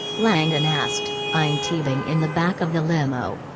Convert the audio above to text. langdon asked, eyeing teabing in the back of the limo.